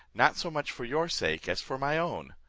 not so much for your sake as for my own.